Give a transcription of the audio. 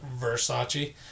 Versace